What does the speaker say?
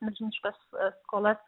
milžiniškas skolas